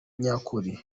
nyakuri